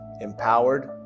empowered